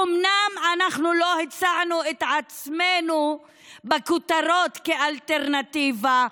אומנם אנחנו לא הצענו את עצמנו בכותרות כאלטרנטיבה,